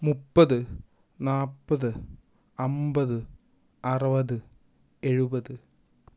മുപ്പത് നാൽപ്പത് അൻപത് അറുപത് എഴുപത്